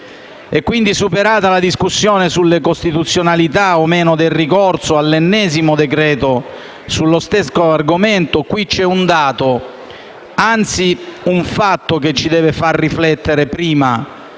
sintesi. Superata la discussione sulla costituzionalità o no del ricorso all'ennesimo decreto-legge sullo stesso argomento, qui c'è un dato, anzi un fatto, che ci deve far riflettere prima